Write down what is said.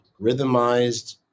rhythmized